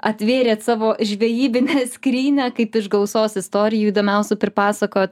atvėrėt savo žvejybinę skrynią kaip iš gausos istorijų įdomiausių pripasakot